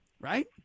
right